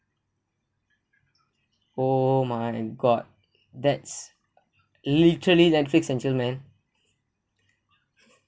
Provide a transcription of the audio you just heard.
oh my god that's literally netflix and chill man